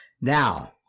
Now